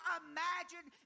imagine